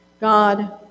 God